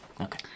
Okay